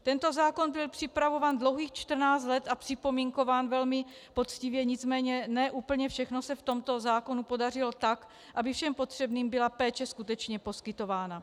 Tento zákon byl připravován dlouhých 14 let a připomínkován velmi poctivě, nicméně ne úplně všechno se v tomto zákonu podařilo tak, aby všem potřebným byla péče skutečně poskytována.